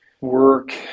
work